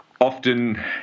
often